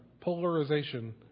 polarization